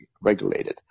regulated